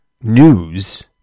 news